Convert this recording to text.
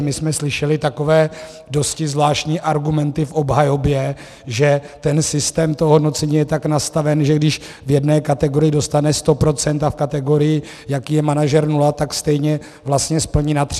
My jsme slyšeli takové dosti zvláštní argumenty v obhajobě, že systém hodnocení je nastaven, že když v jedné kategorii dostane 100 % a v kategorii, jaký je manažer, nula, tak stejně vlastně splní na tři.